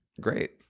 great